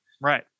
Right